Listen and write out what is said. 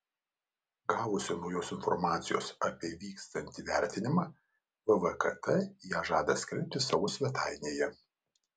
gavusi naujos informacijos apie vykstantį vertinimą vvkt ją žada skelbti savo svetainėje